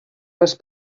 les